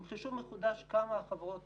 עם חישוב מחודש כמה חברות